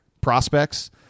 prospects